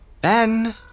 Ben